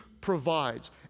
provides